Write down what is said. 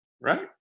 right